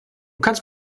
kannst